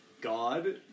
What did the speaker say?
God